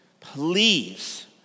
please